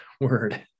word